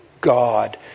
god